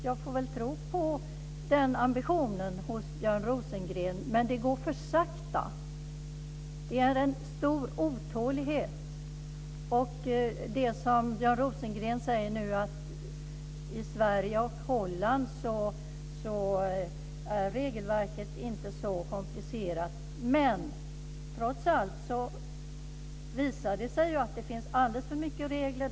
Jag får väl tro på den ambitionen hos Björn Rosengren. Men det går för sakta. Det finns en stor otålighet. Björn Rosengren säger att regelverket i Sverige och i Holland inte är så komplicerat. Men trots allt visar det sig ju att det finns alldeles för mycket regler.